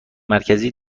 مرکزی